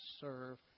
serve